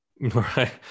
Right